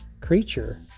creature